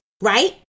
right